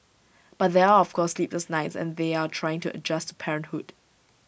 but there are of course sleepless nights and they are trying to adjust parenthood